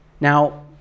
Now